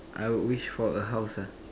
I would wish for a house ah